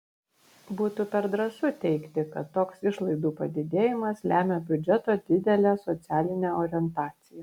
būtų per drąsu teigti kad toks išlaidų padidėjimas lemia biudžeto didelę socialinę orientaciją